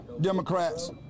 Democrats